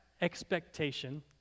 expectation